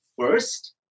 first